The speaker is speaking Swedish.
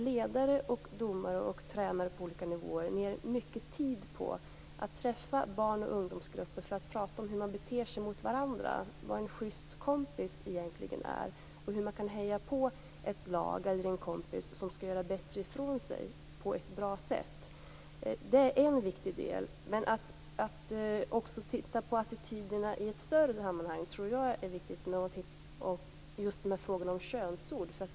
Ledare, domare och tränare på olika nivåer lägger nu ned mycket tid på att träffa barn och ungdomsgrupper för att prata om hur man beter sig mot varandra och om vad det innebär att vara en schyst kompis och hur man kan heja på ett lag eller en kompis som skall göra bättre ifrån sig på ett bra sätt. Det är en viktig del. Jag tror också att det är viktigt att titta på attityderna i ett större sammanhang just när det gäller frågorna om könsord.